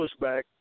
pushback